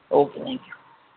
okay thank you